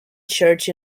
church